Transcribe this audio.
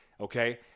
Okay